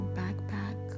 backpack